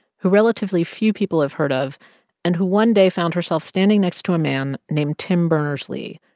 who relatively few people have heard of and who one day found herself standing next to a man named tim berners-lee,